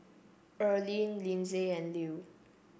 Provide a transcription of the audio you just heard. Earline Linsey and Lew